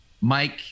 Mike